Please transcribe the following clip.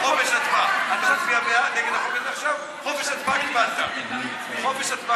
חבר הכנסת חיים ילין, בבקשה.